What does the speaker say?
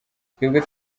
twebwe